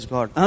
God